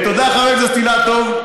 תודה, חבר הכנסת אילטוב.